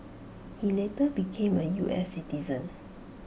he later became A U S citizen